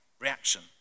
reaction